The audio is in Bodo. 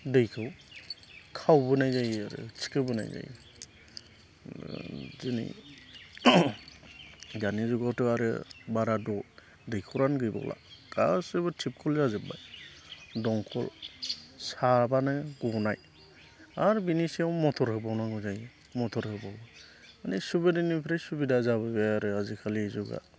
दैखौ खावबोनाय जायो आरो थिखोबोनाय जायो दिनै दानि जुगावथ' आरो बारा दैखरानो गैबावला गासैबो टिपखल जाजोब्बाय दंखल साबानो गनाय आरो बेनि सायाव मटर होबावनांगौ जायो मटर होबावो माने सुबिदानिफ्राय सुबिदा जाबाय आरो आजिकालि जुगा